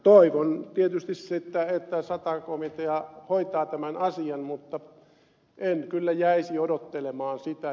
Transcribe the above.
toivon tietysti sitä että sata komitea hoitaa tämän asian mutta en kyllä jäisi odottelemaan sitä